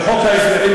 הבנתי.